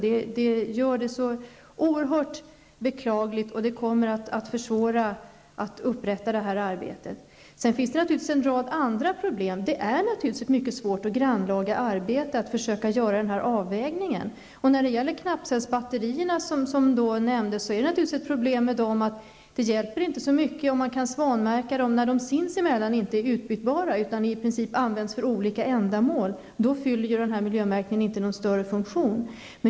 Det är oerhört beklagligt, och det kommer att försvåra upprättandet av detta arbete. Sedan finns det en rad andra problem. Det är ett mycket svårt och grannlaga arbete att försöka göra avvägningen. Knappcellsbatteierrna nämndes. Det hjälper inte så mycket att svanmärka dem, när de inte är utbytbara sinsemellan, utan används för olika ändamål. Det är naturligtvis ett problem. Då fyller miljömärkningen inte någon större funktion.